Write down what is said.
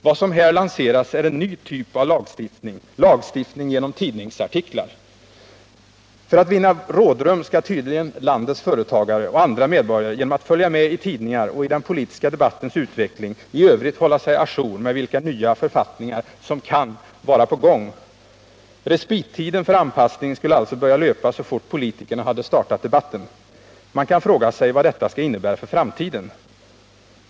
Vad som här lanseras är en ny typ av lagstiftning: lagstiftning genom tidningsartiklar. För att vinna rådrum skall tydligen landets företagare och andra medborgare genom att följa med i tidningar och i den politiska debattens utveckling i övrigt hålla sig å jour med vilka nya författningar som kan vara på gång. Respittiden för anpassning skulle alltså börja löpa så snart politikerna hade startat debatten. Man kan fråga sig vad detta skall innebära för framtiden.